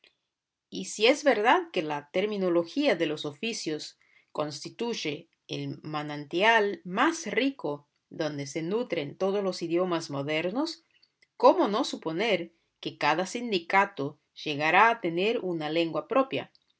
y si es verdad que la terminología de los oficios constituye el manantial más rico donde se nutren todos los idiomas modernos cómo no suponer que cada sindicato llegará a tener una lengua propia